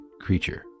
creature